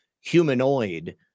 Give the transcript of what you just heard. humanoid